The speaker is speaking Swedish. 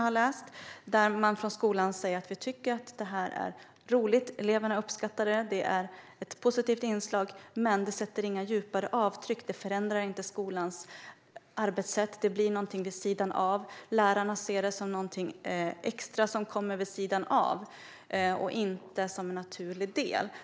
Här säger man från skolan att Skapande skola är roligt, att eleverna uppskattar det och att det är ett positivt inslag men att det inte sätter djupare avtryck, inte förändrar skolans arbetssätt och att lärarna ser det som något som kommer vid sidan av och inte som en naturlig del.